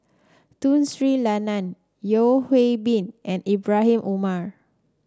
Tun Sri Lanang Yeo Hwee Bin and Ibrahim Omar